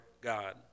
God